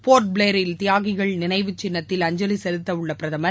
போர்ட்பிளேயரில் தியாகிகள் நினைவு சின்னத்தில் அஞ்சலி செலுத்தவுள்ள பிரதமர்